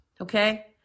Okay